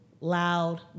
loud